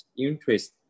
interest